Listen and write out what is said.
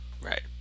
right